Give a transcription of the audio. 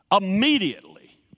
immediately